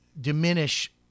diminish